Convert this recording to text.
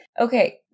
okay